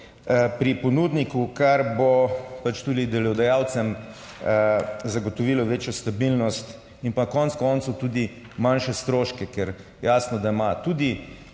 pri ponudniku, kar bo pač tudi delodajalcem zagotovilo večjo stabilnost in pa konec koncev tudi manjše stroške, ker jasno, da ima tudi